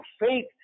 faith